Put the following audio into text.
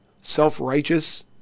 self-righteous